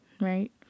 right